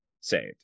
saved